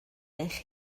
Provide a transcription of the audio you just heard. eich